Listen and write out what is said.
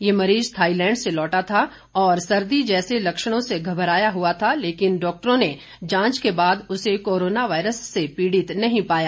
ये मरीज थाईलैंड से लौटा था और सर्दी जैसे लक्षणों से घबराया हुआ था लेकिन डॉक्टरों ने जांच के बाद उसे कोरोना वायरस से पीड़ित नहीं पाया